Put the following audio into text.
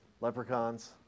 Leprechauns